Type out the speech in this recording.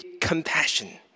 compassion